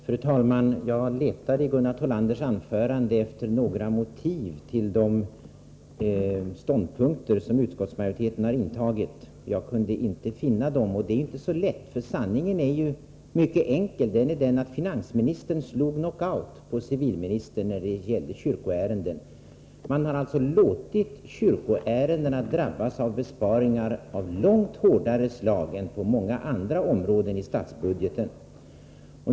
Fru talman! Jag letade i Gunnar Thollanders anförande efter några motiv till de ståndpunkter som utskottsmajoriteten har intagit. Jag kunde inte finna dem. Det är inte så lätt, för sanningen är ju mycket enkel: finansministern slog knockout på civilministern när det gäller kyrkoärenden. Man har alltså låtit kyrkoärendena drabbas av besparingar av långt hårdare slag än vad som är fallet på många andra håll i statsbudgeten.